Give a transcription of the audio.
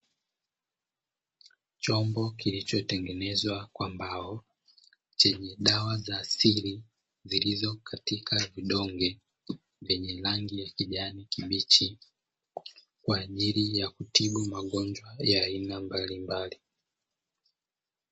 Chombo kilichotengenezwa kwa mbao, chenye dawa za asili zilizo katika vidonge, vyenye rangi ya kijani kibichi, kwa ajili ya kutibu magonjwa ya aina mbalimbali.